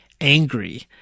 angry